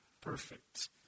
perfect